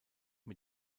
mit